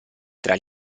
tra